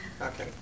Okay